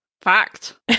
fact